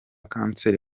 kanseri